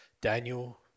Daniel